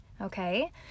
Okay